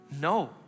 No